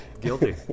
guilty